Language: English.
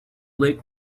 lake